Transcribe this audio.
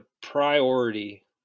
priority